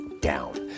down